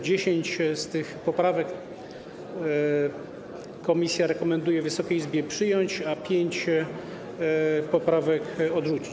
10 z tych poprawek komisja rekomenduje Wysokiej Izbie przyjąć, a pięć poprawek odrzucić.